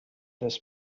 this